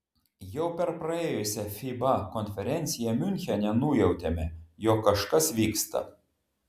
jau per praėjusią fiba konferenciją miunchene nujautėme jog kažkas vyksta